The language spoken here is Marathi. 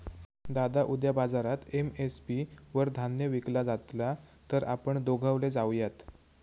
दादा उद्या बाजारात एम.एस.पी वर धान्य विकला जातला तर आपण दोघवले जाऊयात